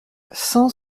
cent